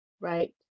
right